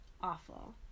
awful